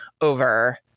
over